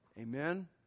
Amen